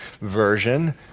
Version